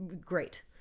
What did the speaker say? great